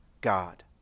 God